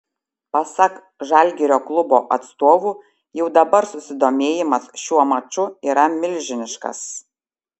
pasak žalgirio klubo atstovų jau dabar susidomėjimas šiuo maču yra milžiniškas